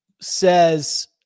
says